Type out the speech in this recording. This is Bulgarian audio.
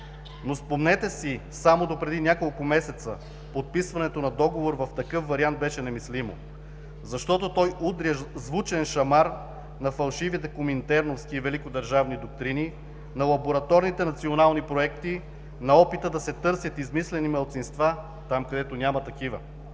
Но, спомнете си, само допреди няколко месеца подписването на договор в такъв вариант беше немислимо, защото той удря звучен шамар на фалшивите коминтерновски и великодържавни доктрини, на лабораторните национални проекти, на опита да се търсят измислени малцинства там, където няма такива.